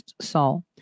Saul